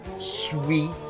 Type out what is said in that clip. sweet